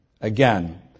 Again